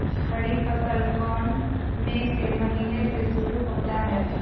खरीफ फसल कौन में से महीने से शुरू होता है?